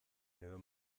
edo